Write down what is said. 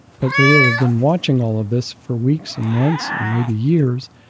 but they will have been watching all of this for weeks and months and maybe years,